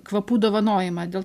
kvapų dovanojimą dėl